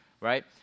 right